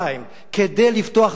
כדי לפתוח דף חדש.